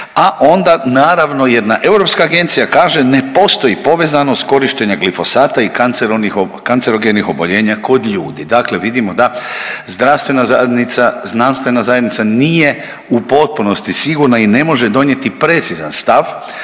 a onda naravno jedna europska agencija kaže ne postoji povezanost korištenja glifosata i kancerogenih oboljenja kod ljudi. Dakle, vidimo da zdravstvena zajednica, znanstvena zajednica nije u potpunosti sigurna i ne može donijeti precizan stav,